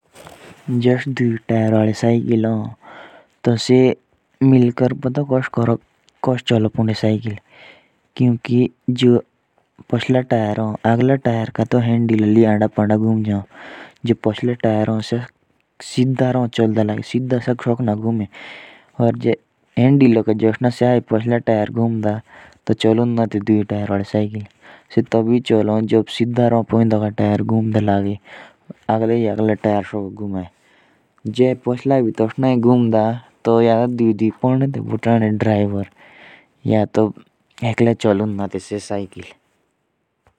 जुस दूई तायरो वाली साइकिल होन सो पता कोस चालोपुंडी आगले टायर का तो हेंड़िलो लेई आंदा पंसा घूम जाओन। जो स पिछला टायर हो स शिधा र्होन चलदा लागी और सो पिछला टायर भी आंदा पंदा घुंदा तो चल ना सोकन साइकिल।